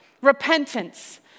repentance